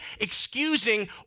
excusing